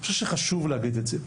אני חושב שחשוב להגיד את זה.